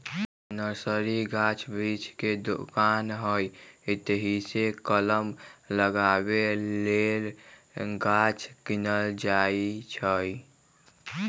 nursery गाछ वृक्ष के दोकान हइ एतहीसे कलम लगाबे लेल गाछ किनल जाइ छइ